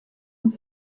une